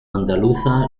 andaluza